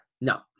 no